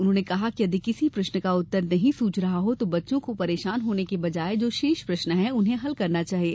उन्होंने कहा कि यदि किसी प्रश्न का उत्तर नहीं सुझ रहा हो तो बच्चों को परेशान होने की बजाए जो शेष प्रश्न हैं उन्हें हल करना चाहिए